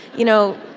you know?